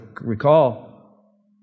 recall